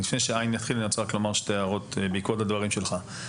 לפני שע' יתחיל אני רוצה להגיד שתי הערות על הדברים שלך.